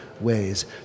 ways